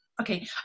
Okay